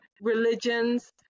religions